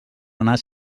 anar